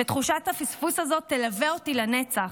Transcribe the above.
ותחושת הפספוס הזאת תלווה אותי לנצח.